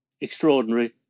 extraordinary